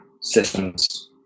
systems